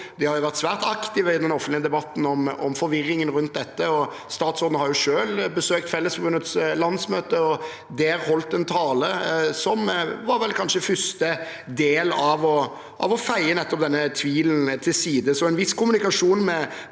De har vært svært aktive i den offentlige debatten om forvirringen rundt dette. Statsråden har selv besøkt Fellesforbundets landsmøte og holdt en tale der som kanskje var første del av å feie nettopp denne tvilen til side. Så en viss kommunikasjon med